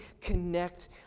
connect